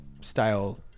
style